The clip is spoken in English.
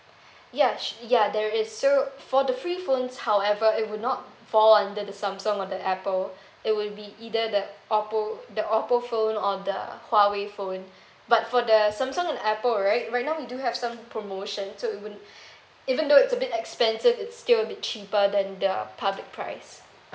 ya su~ ya there is so for the free phones however it would not fall under the Samsung or the Apple it will be either the Oppo the Oppo phone or the huawei phone but for the Samsung and Apple right right now we do have some promotions so even even though it's a bit expensive it's still will be cheaper than the public price